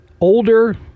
older